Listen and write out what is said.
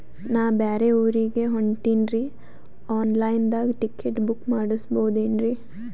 ನಾ ಬ್ಯಾರೆ ಊರಿಗೆ ಹೊಂಟಿನ್ರಿ ಆನ್ ಲೈನ್ ದಾಗ ಟಿಕೆಟ ಬುಕ್ಕ ಮಾಡಸ್ಬೋದೇನ್ರಿ?